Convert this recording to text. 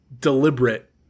deliberate